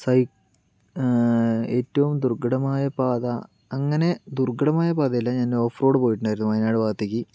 സയി ഏറ്റവും ദുർഘടമായ പാത അങ്ങനെ ദുർഘടമായ പാതയല്ല ഞാൻ ഓഫ് റോഡ് പോയിട്ടുണ്ടായിരുന്നു വയനാട് ഭാഗത്തേക്ക്